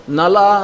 nala